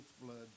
blood